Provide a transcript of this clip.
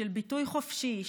של ביטוי חופשי,